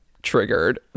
triggered